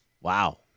Wow